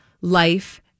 life